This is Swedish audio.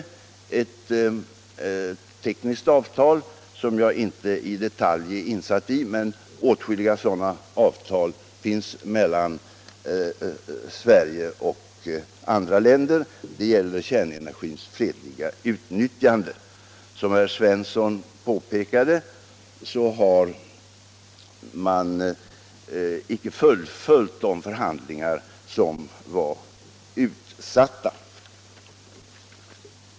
Det är ett avtal som jag inte i detalj är insatt i, men åtskilliga sådana avtal om kärnenergins fredliga utnyttjande finns redan mellan Sverige och andra länder. Som herr Svensson påpekade har man icke fullföljt de förhandlingar som var utsatta.